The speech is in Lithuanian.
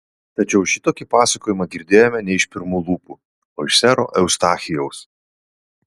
tačiau šitokį pasakojimą girdėjome ne iš pirmų lūpų o iš sero eustachijaus